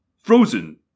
frozen